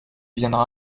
viendra